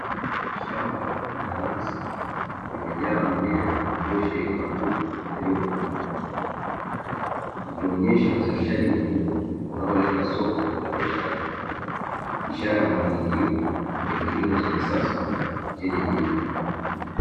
Shamba la mananasi limejaa mimea iliyosheheni matunda yaliyokomaa, ikionyesha uzalishaji mkubwa unaolenga soko la biashara. ishara ya mafanikio ya kilimo cha kisasa chenye tija.